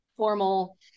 formal